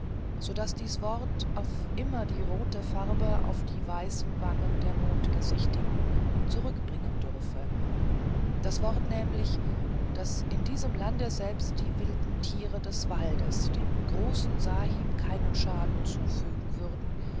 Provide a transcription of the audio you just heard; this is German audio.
so daß dies wort auf immer die rote farbe auf die weißen wangen der mondgesichtigen zurückbringen dürfe das wort nämlich daß in diesem lande selbst die wilden tiere des waldes dem großen sahib keinen schaden zufügen würden